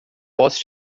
posso